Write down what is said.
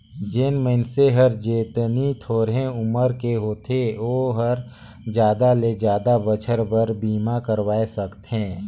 जेन मइनसे हर जेतनी थोरहें उमर के होथे ओ हर जादा ले जादा बच्छर बर बीमा करवाये सकथें